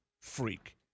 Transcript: freak